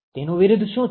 તેનું વિરુદ્ધ શું છે